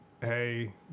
hey